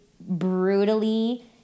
brutally